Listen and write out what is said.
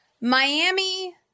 Miami